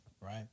right